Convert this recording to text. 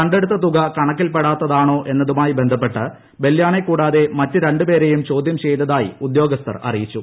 കടെ ടുത്ത ക തുക കണക്കിൽപ്പെടാത്തതാണോ എന്നതുമായി ബന്ധപ്പെട്ട് ബല്യാണെ കൂടാതെ മറ്റു ര ുപേരെയും ചോദ്യം ചെയ്തതായി ഉദ്യോഗസ്ഥർ അറിയിച്ചു